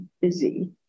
busy